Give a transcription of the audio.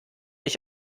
ich